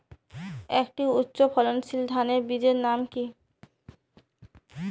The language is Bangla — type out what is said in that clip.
একটি উচ্চ ফলনশীল ধানের বীজের নাম কী?